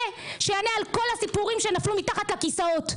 שיענה על כל הסיפורים שנפלו מתחת לכיסאות.